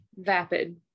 vapid